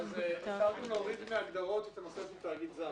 החלטתם להוריד בהגדרות את הנושא של תאגיד זר.